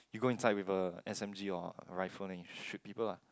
you go inside with a S_M_G or rifle then you shoot people lah